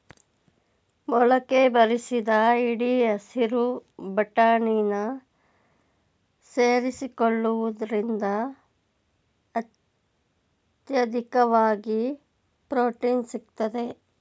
ಮೊಳಕೆ ಬರಿಸಿದ ಹಿಡಿ ಹಸಿರು ಬಟಾಣಿನ ಸೇರಿಸಿಕೊಳ್ಳುವುದ್ರಿಂದ ಅತ್ಯಧಿಕವಾಗಿ ಪ್ರೊಟೀನ್ ಸಿಗ್ತದೆ